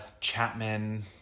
Chapman